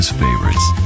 favorites